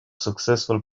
successful